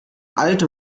alt